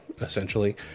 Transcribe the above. essentially